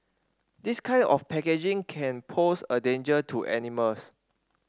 this kind of packaging can pose a danger to animals